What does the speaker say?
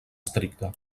estricta